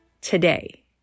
today